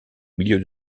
milieu